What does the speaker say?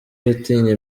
gutinya